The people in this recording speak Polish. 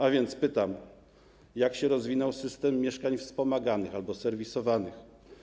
A więc pytam: Jak się rozwinął system mieszkań wspomaganych albo serwisowanych?